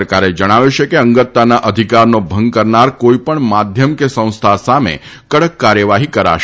સરકારે જણાવ્યું છે કે અંગતતાના અધિકારનો ભંગ કરનાર કોઈપણ માધ્યમ કે સંસ્થા સામે કડક કાર્યવાહી કરાશે